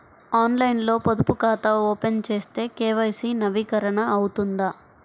ఆన్లైన్లో పొదుపు ఖాతా ఓపెన్ చేస్తే కే.వై.సి నవీకరణ అవుతుందా?